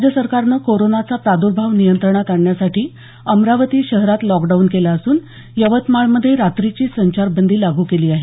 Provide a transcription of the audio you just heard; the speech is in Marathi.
राज्य सरकारनं कोरोनाचा प्रादुर्भाव नियंत्रणात आणण्यासाठी अमरावती शहरात लॉकडाऊन केला असून यवतमाळमध्ये रात्रीची संचारबंदी लागू केली आहे